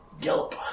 gallop